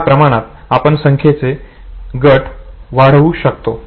या प्रमाणात आपण संख्येचे गट वाढवू शकतो